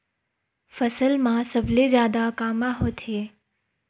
फसल मा सबले जादा कामा होथे?